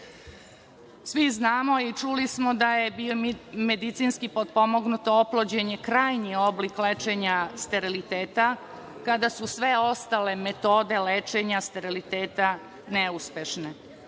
Svi znamo i čuli smo da je biomedicinski potpomognuto oplođenje krajnji oblik lečenja steriliteta, kada su sve ostale metode lečenja steriliteta neuspešne. Poslednjih